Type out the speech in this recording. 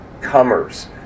comers